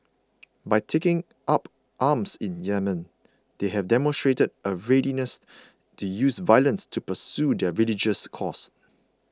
by taking up arms in Yemen they have demonstrated a readiness to use violence to pursue their religious cause